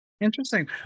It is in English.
Interesting